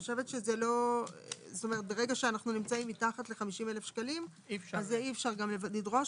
ברגע שאנו מתחת ל-50,000 שקלים אי אפשר לדרוש